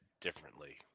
differently